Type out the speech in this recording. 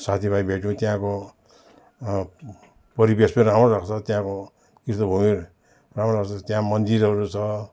साथी भाइ भेट्यौँ त्यहाँको परिवेश पनि राम्रो लाग्छ त्यहाँक तीर्थभूमि राम्रो लाग्छ त्यहाँ मन्दिरहरू छ